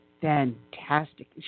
fantastic